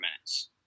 minutes